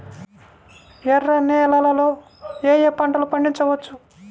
ఎర్ర నేలలలో ఏయే పంటలు పండించవచ్చు?